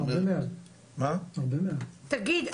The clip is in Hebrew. תגיד,